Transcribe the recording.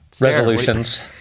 Resolutions